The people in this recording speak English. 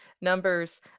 numbers